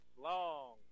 long